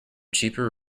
cheaper